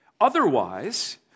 Otherwise